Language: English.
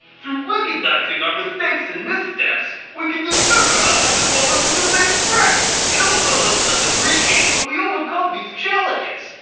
through recognizing our mistakes and missteps, we can discover how not to fall into the same traps. it also helps us appreciate when we overcome these challenges.